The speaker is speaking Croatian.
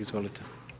Izvolite.